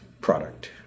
product